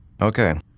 Okay